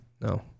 No